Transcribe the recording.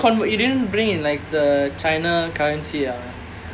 ya actually a stack wait you didn't convert you didn't bring in like the china currency ah